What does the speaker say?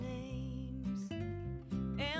names